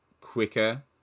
quicker